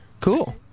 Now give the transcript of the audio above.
Cool